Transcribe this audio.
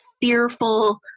fearful